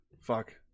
Fuck